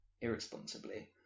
irresponsibly